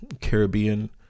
caribbean